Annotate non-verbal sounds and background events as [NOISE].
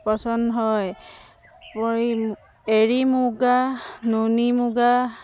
পচন হয় [UNINTELLIGIBLE] এৰী মুগা নুনী মুগা